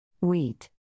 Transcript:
Wheat